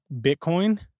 Bitcoin